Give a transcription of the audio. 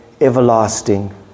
everlasting